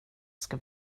ska